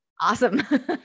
Awesome